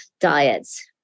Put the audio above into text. diets